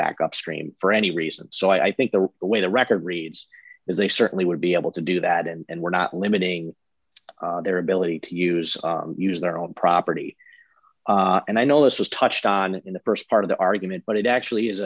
back upstream for any reason so i think the way the record reads is they certainly would be able to do that and we're not limiting their ability to use use their own property and i know this was touched on in the st part of the argument but it actually is